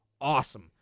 awesome